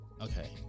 okay